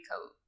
coat